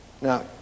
now